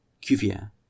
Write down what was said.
Cuvier